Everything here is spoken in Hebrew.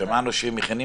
הם לא יכולים